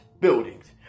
buildings